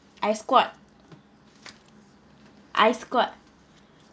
I squat I squat